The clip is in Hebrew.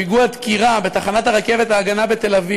פיגוע דקירה בתחנת הרכבת "ההגנה" בתל-אביב,